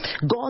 God